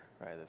right